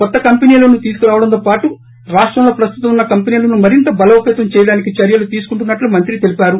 కొత్త కంపెనీలను తీసుకురావడంతోపాటు రాష్టంలో ప్రస్తుతం ఉన్న కంపెనీలను మరింత బలోపతం చేయడానికి చర్యలు తీసుకుంటున్నట్లు మంత్రి తెలిపారు